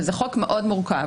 וזה חוק מאוד מורכב,